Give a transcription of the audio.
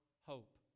hope